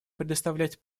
предоставлять